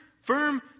firm